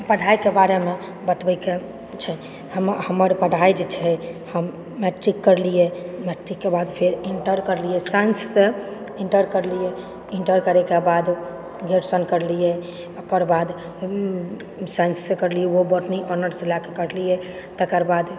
पढ़ाईके बारेमे बतबयके छै हमर पढ़ाई जे छै हम मैट्रिक करलियै मैट्रिकके बाद फेर इण्टर करलियै साइन्स से इण्टर करलियै इण्टर करयके बाद ग्रेजुएशन करलियै ओकर बाद साइन्स से करलियै ओहो बॉटनी ऑनर्स लए कऽ करलियै तकर बाद